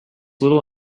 little